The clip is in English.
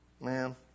man